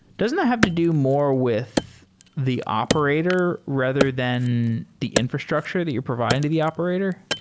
doesn't have to do more with the operator rather than the infrastructure that you're providing to the operator?